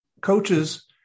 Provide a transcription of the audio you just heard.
coaches